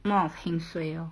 more of heng suay lor